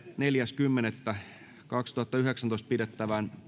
neljäs kymmenettä kaksituhattayhdeksäntoista pidettävään